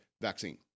vaccine